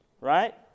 Right